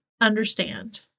understand